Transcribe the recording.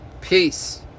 Peace